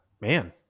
man